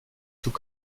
tout